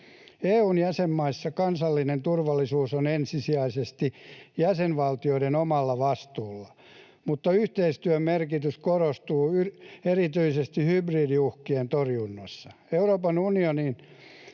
EU:n jäsenmaissa kansallinen turvallisuus on ensisijaisesti jäsenvaltioiden omalla vastuulla, mutta yhteistyön merkitys korostuu erityisesti hybridiuhkien torjunnassa. Euroopan unionin